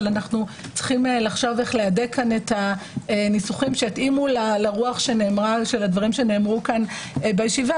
אך עלינו לחשוב איך להדק את הניסוחים שיתאימו לרוח בדברים שנאמרו בישיבה